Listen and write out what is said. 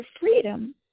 freedom